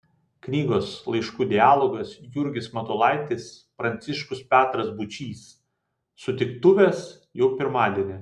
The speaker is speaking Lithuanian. knygos laiškų dialogas jurgis matulaitis pranciškus petras būčys sutiktuvės jau pirmadienį